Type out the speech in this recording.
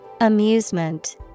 Amusement